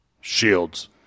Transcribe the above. Shields